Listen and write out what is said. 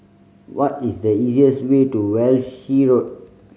what is the easiest way to Walshe Road